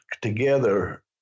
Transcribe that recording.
together